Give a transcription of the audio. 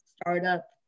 startup